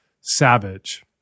savage